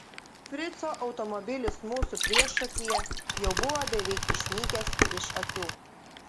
frico automobilis mūsų priešakyje jau buvo beveik išnykęs iš akių